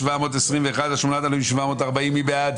7,041 עד 7,060, מי בעד?